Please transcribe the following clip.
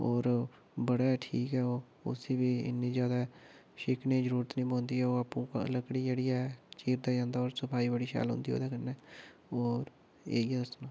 होर बड़ा ठीक ऐ ओह् उसी बी इ'न्नी जादै छिक्कने दी जरूरत निं पौंदी ऐ ओह् आपूं लकड़ी जेह्ड़ी ऐ चीरदा जंदा होर सफाई बड़ी शैल होंदी ओह्दे कन्नै होर एह् ऐ